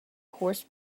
horse